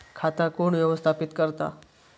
खाता कोण व्यवस्थापित करता?